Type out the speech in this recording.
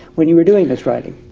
when you were doing this writing.